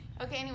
okay